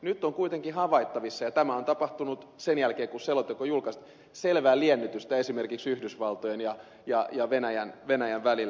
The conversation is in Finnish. nyt on kuitenkin havaittavissa ja tämä on tapahtunut sen jälkeen kun selonteko julkaistiin selvää liennytystä esimerkiksi yhdysvaltojen ja venäjän välillä